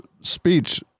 speech